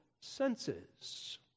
senses